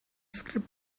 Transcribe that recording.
script